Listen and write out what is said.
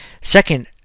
Second